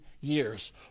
years